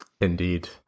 Indeed